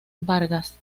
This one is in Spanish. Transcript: vargas